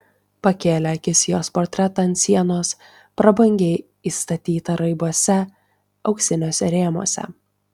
pakėlė akis į jos portretą ant sienos prabangiai įstatytą raibuose auksiniuose rėmuose